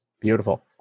Beautiful